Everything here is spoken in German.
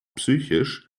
psychisch